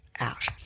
out